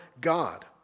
God